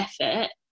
effort